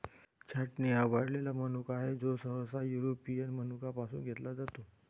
छाटणी हा वाळलेला मनुका आहे, जो सहसा युरोपियन मनुका पासून घेतला जातो